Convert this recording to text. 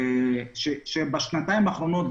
בשנתיים האחרונות,